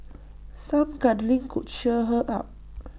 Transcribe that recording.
some cuddling could cheer her up